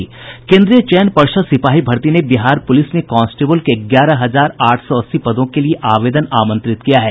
केन्द्रीय चयन पर्षद सिपाही भर्ती ने बिहार पुलिस में कांस्टेबल के ग्यारह हजार आठ सौ अस्सी पदों के लिए आवेदन आमंत्रित किया है